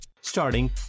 Starting